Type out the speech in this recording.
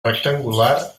rectangular